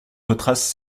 retracent